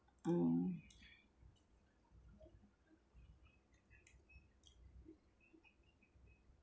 orh